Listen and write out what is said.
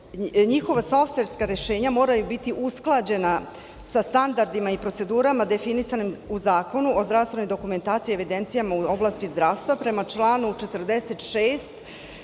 njihova softverska rešenja moraju biti usklađena sa standardima i procedurama definisanim u Zakonu o zdravstvenoj dokumentaciji i evidencijama u oblasti zdravstva, prema članu 46.